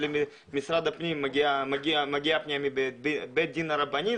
כשלמשרד הפנים מגיעה פנייה מבית הדין הרבני,